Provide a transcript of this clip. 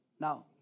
Now